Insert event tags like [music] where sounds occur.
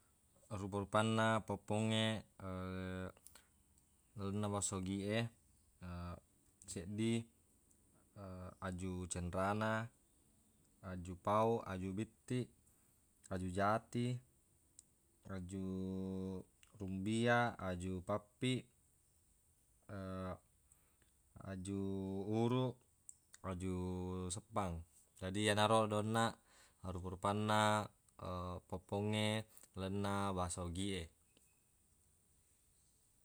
Rupa-rupanna poppongnge [hesitation] lalenna bahasa ogie [hesitation] seddi [hesitation] aju cenrana, aju pao, aju bittiq, aju jati, aju rumbia, aju pappiq, [hesitation] aju uruq, aju seppang. Jadi yenaro onnaq rupa-rupanna [hesitation] poppongnge lalenna bahasa ogie